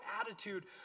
attitude